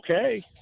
okay